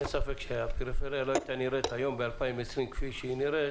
אין ספק שהפריפריה לא הייתה נראית היום ב-2020 כפי שהיא נראית,